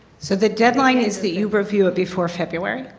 so the deadline is that you review it before february.